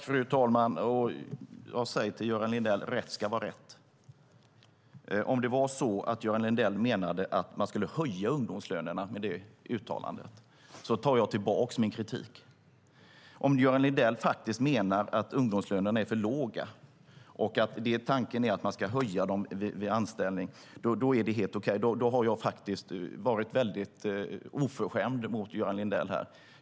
Fru talman! Rätt ska vara rätt, Göran Lindell. Menade Göran Lindell med sitt uttalande att man ska höja ungdomslönerna tar jag tillbaka min kritik. Menar Göran Lindell att ungdomslönerna är för låga och att de ska höjas vid anställning är det helt okej. Då har jag varit oförskämd mot Göran Lindell.